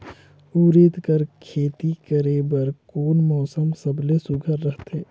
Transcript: उरीद कर खेती करे बर कोन मौसम सबले सुघ्घर रहथे?